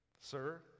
sir